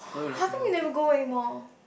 how come you never go anymore